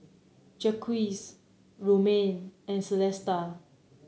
Jacquez Romaine and Celesta